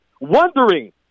wondering